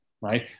right